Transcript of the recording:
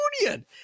union